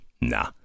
Nah